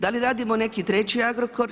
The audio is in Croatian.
Da li radimo neki treći Agrokor?